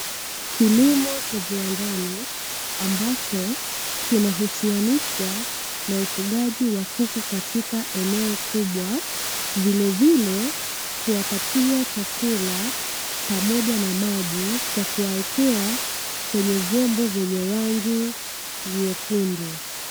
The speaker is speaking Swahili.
Kilimo cha viwandani ambacho kinahusianisha na ufugaji wa kuku katika eneo kubwa. Vilevile kuwapatia chakula pamoja na maji, kwa kuwaekea kwenye vyombo vyenye rangi nyekundu.